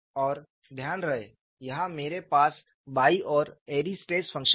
और ध्यान रहे यहाँ मेरे पास बाईं ओर एयरी स्ट्रेस फंक्शन है